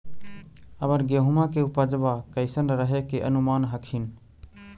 अबर गेहुमा के उपजबा कैसन रहे के अनुमान हखिन?